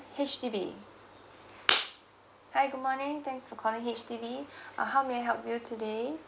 H_D_B hi good morning thanks for calling H_D_B uh how may I help you today